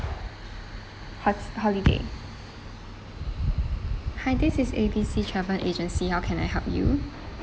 ho~ holiday hi this is A_B_C travel agency how can I help you